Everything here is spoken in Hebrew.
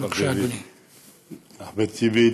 בבקשה, אדוני.